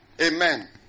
Amen